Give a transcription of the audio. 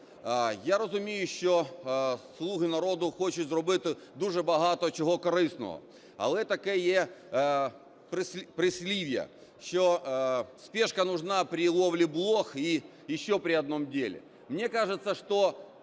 Я розумію, що "Слуги народу" хочуть зробити дуже багато чого корисного. Але таке є прислів'я, що спешка нужна при ловле блох и еще при одном деле.